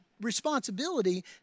responsibility